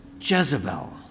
Jezebel